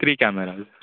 three cameras